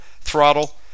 throttle